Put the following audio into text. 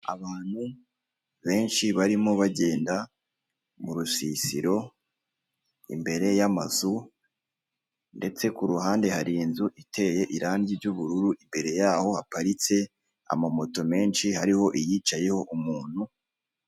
Abantu benshi barimo bagenda murusisiro imbere yamazu ndetse kuruhande hari inzu iteye irangi ry'bururu imbere yaho haparitse amamoto menshi hariho iyicayeho umuntu